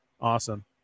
Awesome